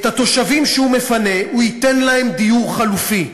התושבים שהוא מפנה, הוא ייתן להם דיור חלופי.